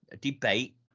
debate